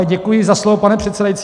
Děkuji za slovo, pane předsedající.